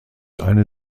eine